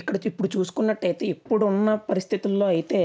ఇక్కడొచ్చి ఇప్పుడు చూసుకున్నట్టయితే ఇప్పుడున్న పరిస్థితుల్లో అయితే